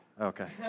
Okay